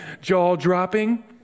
Jaw-dropping